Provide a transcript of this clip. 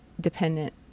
dependent